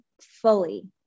fully